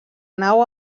nau